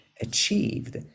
achieved